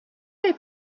they